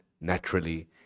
naturally